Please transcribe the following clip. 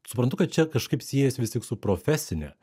suprantu kad čia kažkaip siejas vis tik su profesine